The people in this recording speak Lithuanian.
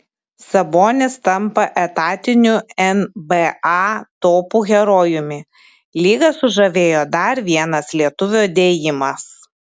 sabonis tampa etatiniu nba topų herojumi lygą sužavėjo dar vienas lietuvio dėjimas